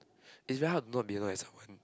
is very hard to not be annoyed at someone